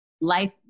life